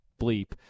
bleep